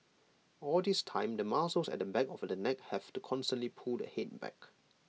all this time the muscles at the back of the neck have to constantly pull the Head back